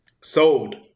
Sold